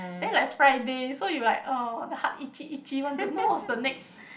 then like Friday so you like oh the heart itchy itchy want to know what's the next